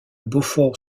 beaufort